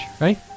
right